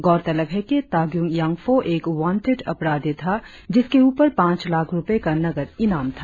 गोरतलब है कि ताक्युंग यांग्फो एक वांटेट अपराधी था जिसके उपर पांच लाख रुपए का नकद इनाम था